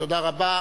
תודה רבה.